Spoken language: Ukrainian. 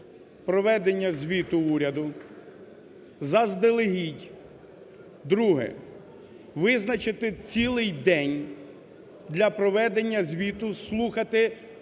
проведення звіту уряду, заздалегідь. Друге, визначити цілий день для проведення звіту, слухати і